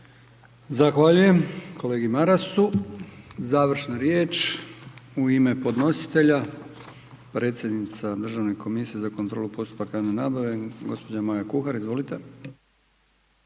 Zahvaljujem kolegi Marasu. Završna riječ u ime podnositelja predsjednica Državne komisije za kontrolu javne nabave, gospođa Maja Kuhar. Izvolite.